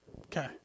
Okay